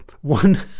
one